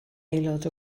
aelod